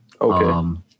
Okay